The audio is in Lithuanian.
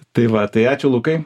tai va tai ačiū lukai